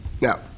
Now